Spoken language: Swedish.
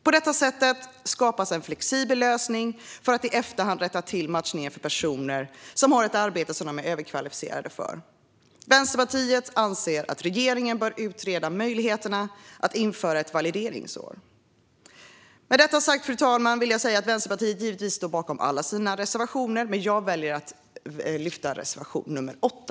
På detta sätt skapas en flexibel lösning för att i efterhand rätta till matchningen för personer som har ett arbete som de är överkvalificerade för. Vänsterpartiet anser att regeringen bör utreda möjligheterna att införa ett valideringsår. Fru talman! Med detta sagt vill jag säga att vänsterpartiet givetvis står bakom alla sina reservationer, men jag väljer att lyfta fram reservation nr 8.